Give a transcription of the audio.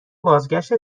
بازگشت